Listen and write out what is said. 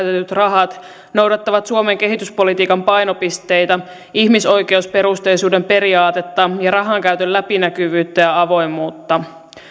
rahat noudattavat suomen kehityspolitiikan painopisteitä ihmisoikeusperusteisuuden periaatetta ja rahankäytön läpinäkyvyyttä ja avoimuutta